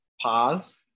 pause